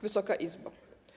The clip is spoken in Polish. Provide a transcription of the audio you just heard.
Wysoka Izbo!